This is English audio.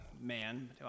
man